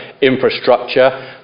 infrastructure